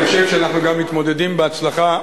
אני חושב שאנחנו גם מתמודדים בהצלחה,